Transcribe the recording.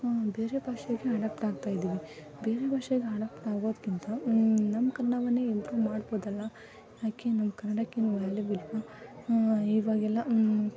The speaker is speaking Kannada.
ಬೇರೆ ಭಾಷೆಗೆ ಅಡಪ್ಟ್ ಆಗ್ತಾ ಇದ್ದೀವಿ ಬೇರೆ ಭಾಷೆಗೆ ಅಡಪ್ಟ್ ಆಗೋದಕ್ಕಿಂತ ನಮ್ಮ ಕನ್ನಡವನ್ನೇ ಇಂಪ್ರೂ ಮಾಡ್ಬೋದಲ್ವಾ ಯಾಕೆ ನಮ್ಮ ಕನ್ನಡಕ್ಕೇನು ವ್ಯಾಲ್ಯೂವ್ ಇಲ್ಲವಾ ಇವಾಗೆಲ್ಲ